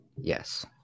yes